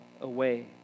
away